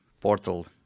portal